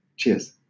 cheers